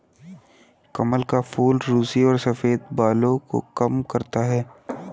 कमल का फूल रुसी और सफ़ेद बाल को कम करता है